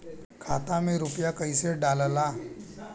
खाता में रूपया कैसे डालाला?